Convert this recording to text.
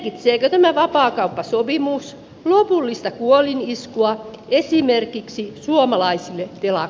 merkitseekö tämä vapaakauppasopimus lopullista kuoliniskua esimerkiksi suomalaisille til a